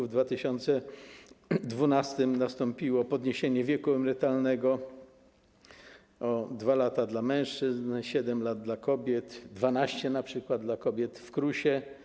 W 2012 r. nastąpiło podniesienie wieku emerytalnego o 2 lata dla mężczyzn, 7 lat dla kobiet, 12 lat np. dla kobiet w KRUS-ie.